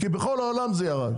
בכל העולם זה ירד.